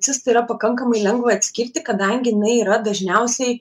cistą yra pakankamai lengva atskirti kadangi jinai yra dažniausiai